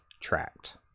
tracked